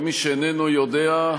למי שאיננו יודע,